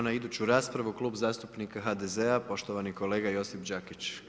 Idemo na iduću raspravu, Klub zastupnika HDZ-a, poštovani kolega Josip Đakić.